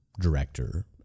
director